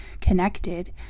connected